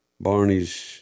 Barney's